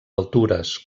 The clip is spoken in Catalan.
altures